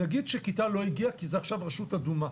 נגיד שכיתה לא הגיעה כי זאת רשות אדומה,